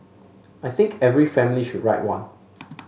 I think every family should write one